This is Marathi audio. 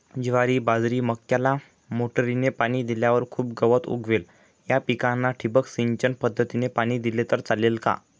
ज्वारी, बाजरी, मक्याला मोटरीने पाणी दिल्यावर खूप गवत उगवते, या पिकांना ठिबक सिंचन पद्धतीने पाणी दिले तर चालेल का?